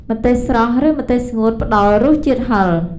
ម្ទេសស្រស់ ឬម្ទេសស្ងួត ផ្តល់រសជាតិហឹរ ។